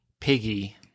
piggy